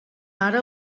ara